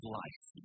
life